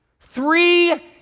three